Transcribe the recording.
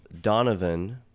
Donovan